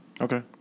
Okay